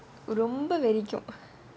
ரொம்ப:romba